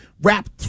rap